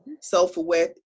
self-aware